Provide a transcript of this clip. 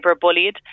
bullied